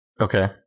Okay